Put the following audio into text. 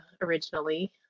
originally